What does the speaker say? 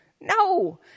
No